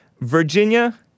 Virginia